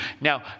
Now